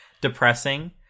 depressing